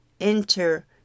enter